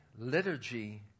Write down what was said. liturgy